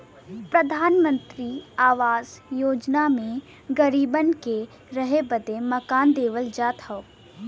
प्रधानमंत्री आवास योजना मे गरीबन के रहे बदे मकान देवल जात हौ